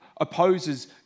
opposes